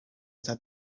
that